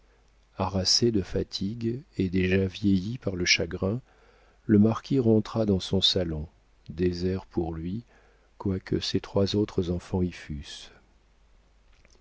harassé de fatigue et déjà vieilli par le chagrin le marquis rentra dans son salon désert pour lui quoique ses trois autres enfants y fussent